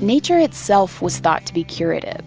nature itself was thought to be curative,